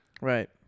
Right